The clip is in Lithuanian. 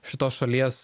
šitos šalies